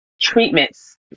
treatments